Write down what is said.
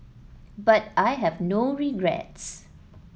but I have no regrets